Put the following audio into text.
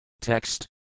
Text